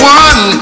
one